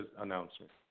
announcement